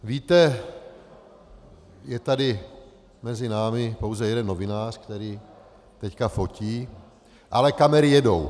Víte, je tady mezi námi pouze jeden novinář, který teď fotí, ale kamery jedou.